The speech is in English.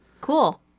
cool